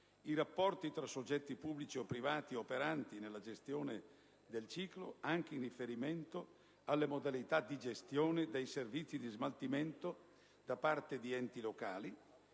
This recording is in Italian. i rapporti tra soggetti pubblici o privati operanti nella gestione del ciclo anche in riferimento alle modalità di gestione dei servizi di smaltimento da parte di enti locali